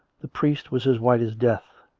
the priest was as white as death,